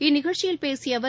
இந்நிகழ்ச்சியில் பேசிய அவர்